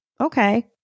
Okay